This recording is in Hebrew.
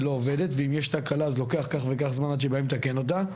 ואם יש תקלה אז לוקח כך וכך זמן עד שבאים לתקן אותה.